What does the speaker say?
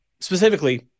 specifically